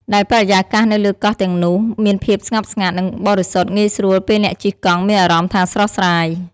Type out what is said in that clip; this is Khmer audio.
ដែលបរិយាកាសនៅលើកោះទាំងនោះ មានភាពស្ងប់ស្ងាត់ និងបរិសុទ្ធងាយស្រួលពេលអ្នកជិះកង់មានអារម្មណ៍ថាស្រស់ស្រាយ។